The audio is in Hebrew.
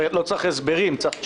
לא צריך הסברים, צריך תשובה.